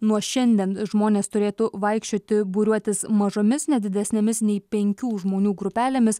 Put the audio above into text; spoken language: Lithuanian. nuo šiandien žmonės turėtų vaikščioti būriuotis mažomis ne didesnėmis nei penkių žmonių grupelėmis